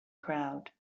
crowd